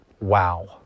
wow